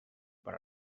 per